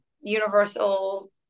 universal